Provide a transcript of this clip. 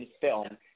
film